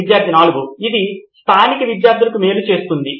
విద్యార్థి 4 అది స్థానిక విద్యార్థులకు మేలు చేస్తుంది